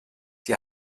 die